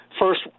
First